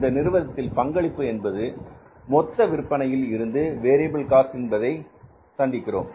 இந்த நிறுவனத்தின் பங்களிப்பு என்பது மொத்த விற்பனையில் இருந்து வேரியபில் காஸ்ட் என்பதை சந்திக்கிறோம்